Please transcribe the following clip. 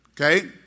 Okay